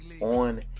on